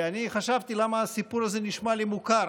חשבתי למה הסיפור הזה נשמע לי מוכר,